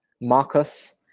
Marcus